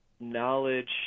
knowledge